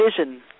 vision